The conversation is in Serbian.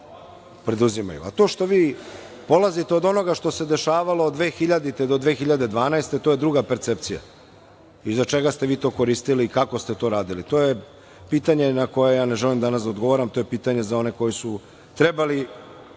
A to što vi polazite od onoga što se dešavalo 2000. godine do 2012. godine, to je druga percepcija i za čega ste vi to koristili i kako ste to radili. To je pitanje na koje ja ne želim danas da odgovaram, to je pitanje za one koji su trebali